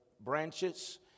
branches